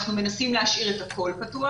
אנחנו מנסים להשאיר את הכול פתוח